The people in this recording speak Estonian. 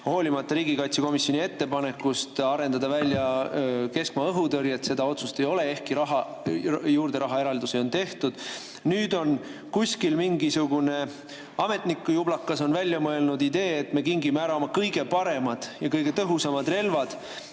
Hoolimata riigikaitsekomisjoni ettepanekust arendada välja keskmaa-õhutõrjet seda otsust ei ole, ehkki rahaeraldusi on juurde tehtud. Nüüd on kuskil mingisugune ametnikujublakas välja mõelnud idee, et me kingime ära oma kõige paremad ja kõige tõhusamad relvad,